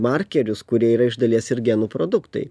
markerius kurie yra iš dalies ir genų produktai